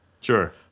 Sure